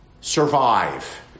survive